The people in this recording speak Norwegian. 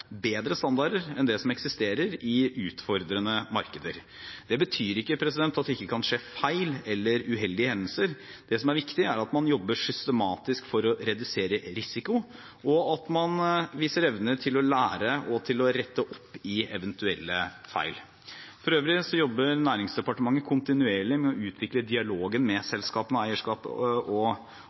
bedre standarder enn det som eksisterer i utfordrende markeder. Det betyr ikke at det ikke kan skje feil eller uheldige hendelser. Det som er viktig, er at man jobber systematisk for å redusere risiko, og at man viser evne til å lære og til å rette opp i eventuelle feil. For øvrig jobber Næringsdepartementet kontinuerlig med å utvikle dialogen med selskapene